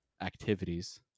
activities